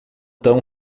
tão